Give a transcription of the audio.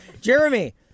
Jeremy